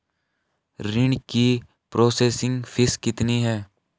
ऋण की processing fee कितनी है?